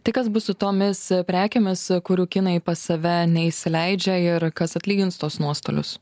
tai kas bus su tomis prekėmis kurių kinai pas save neįsileidžia ir kas atlygins tuos nuostolius